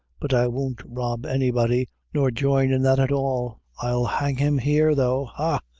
but i won't rob any body, nor join in that at all i'll hang him here, though ha,